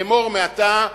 אמור מעתה: